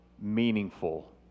meaningful